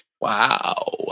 Wow